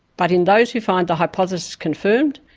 but in those who find the hypothesis confirmed,